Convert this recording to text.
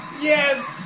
Yes